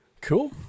Cool